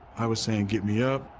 i was saying get me up!